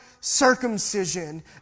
circumcision